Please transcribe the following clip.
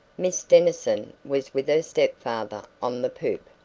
miss denison was with her step-father on the poop.